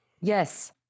Yes